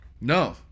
No